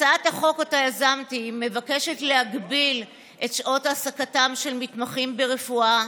הצעת החוק שיזמתי מבקשת להגביל את שעות העסקתם של מתמחים ברפואה